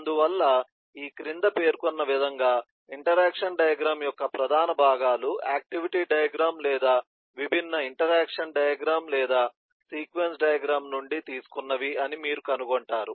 అందువల్ల ఈ క్రింద పేర్కొన్న విధంగా ఇంటరాక్షన్ డయాగ్రమ్ యొక్క ప్రధాన భాగాలు ఆక్టివిటీ డయాగ్రమ్ లేదా విభిన్న ఇంటరాక్షన్ డయాగ్రమ్ లేదా సీక్వెన్స్ డయాగ్రమ్ నుండి తీసుకున్నవి అని మీరు కనుగొంటారు